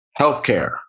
healthcare